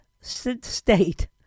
state